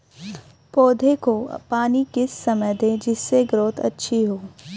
पौधे को पानी किस समय दें जिससे ग्रोथ अच्छी हो?